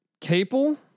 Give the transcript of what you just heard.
Capel